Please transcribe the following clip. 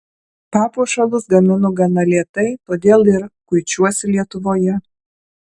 papuošalus gaminu gana lėtai todėl ir kuičiuosi lietuvoje